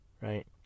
right